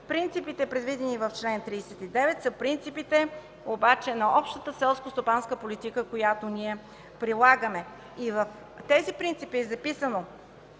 Принципите, предвидени в чл. 39, са обаче принципите на Общата селскостопанска политика, която ние прилагаме. В тези принципи е записано,